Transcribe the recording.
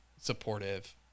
supportive